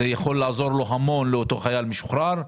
יכולים לעזור לאותו חייל משוחרר.